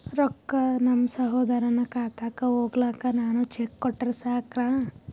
ರೊಕ್ಕ ನಮ್ಮಸಹೋದರನ ಖಾತಕ್ಕ ಹೋಗ್ಲಾಕ್ಕ ನಾನು ಚೆಕ್ ಕೊಟ್ರ ಸಾಕ್ರ?